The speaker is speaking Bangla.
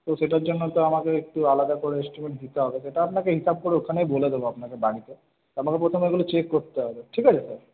তো সেটার জন্য তো আমাকে একটু আলাদা করে এস্টিমেট দিতে হবে সেটা আপনাকে হিসাব করে ওখানেই বলে দেব আপানাকে বাড়িতে আমাকে প্রথমে ওগুলো চেক করতে হবে ঠিক আছে স্যার